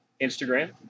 instagram